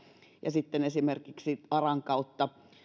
ja sitten esimerkiksi aran kautta